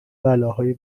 بلاهای